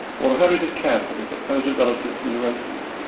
or a hurried account of a supposed relative's neuroses,